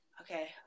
Okay